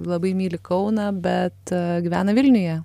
labai myli kauną bet gyvena vilniuje